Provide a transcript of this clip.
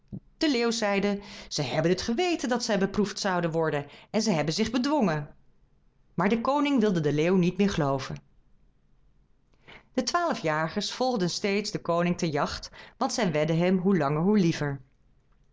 de leeuw zeide zij hebben t geweten dat zij beproefd zouden worden en zij hebben zich bedwongen maar de koning wilde den leeuw niet meer gelooven de twaalf jagers volgden steeds den koning ter jacht want zij werden hem hoe langer hoe liever